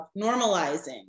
normalizing